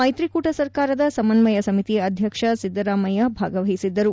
ಮೈತ್ರಿಕೂಟ ಸರ್ಕಾರದ ಸಮನ್ವಯ ಸಮಿತಿ ಅಧ್ಯಕ್ಷ ಸಿದ್ದರಾಮಯ್ಯ ಭಾಗವಹಿಸಿದ್ದರು